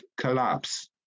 collapse